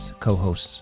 co-hosts